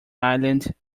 island